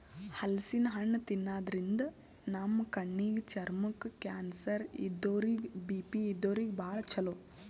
ಹಲಸಿನ್ ಹಣ್ಣ್ ತಿನ್ನಾದ್ರಿನ್ದ ನಮ್ ಕಣ್ಣಿಗ್, ಚರ್ಮಕ್ಕ್, ಕ್ಯಾನ್ಸರ್ ಇದ್ದೋರಿಗ್ ಬಿ.ಪಿ ಇದ್ದೋರಿಗ್ ಭಾಳ್ ಛಲೋ